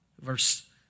Verse